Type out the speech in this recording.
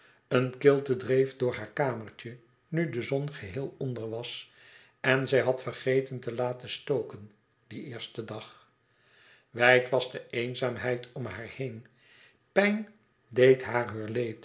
een kilte dreef door het kamertje nu de zon geheel onder was en zij had vergeten te laten stoken dien eersten dag wijd was de eenzaamheid om haar heen pijn deed haar